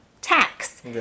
tax